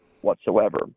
whatsoever